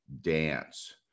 dance